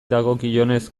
dagokionez